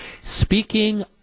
Speaking